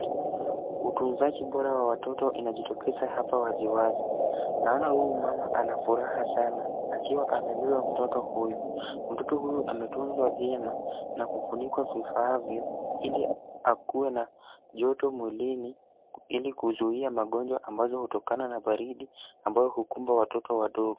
Utunzaji bora wa watoto inajitokeza hapa waziwazi. Naona huu mama anafuraha sana akiwa amebeba mtoto huyu. Mtoto huyu ametunzwa vyema, na kufunikwa vifaavyo ili akuwe na joto mwilini, ili kuzuia magonjwa ambazo hutokana na baridi ambayo hukumba watoto wadogo.